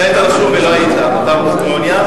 ציונית, חבר הכנסת אורי אריאל,